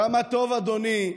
כמה טוב, אדוני,